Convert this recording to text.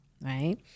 right